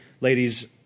ladies